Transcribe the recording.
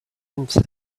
himself